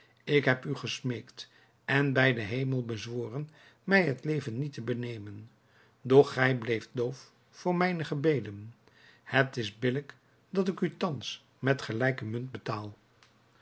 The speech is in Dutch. ik heb u gesmeekt en bij den hemel bezworen mij het leven niet te benemen doch gij bleeft doof voor mijne gebeden het is billijk dat ik u thans met gelijke munt betaal